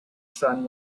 sun